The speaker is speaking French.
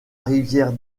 rivière